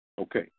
Okay